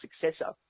successor